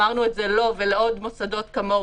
אמרנו את זה לו ולעוד מוסדות כמוהו,